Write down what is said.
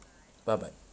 bye bye